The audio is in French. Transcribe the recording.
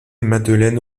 madeleine